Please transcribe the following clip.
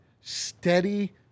steady